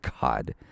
God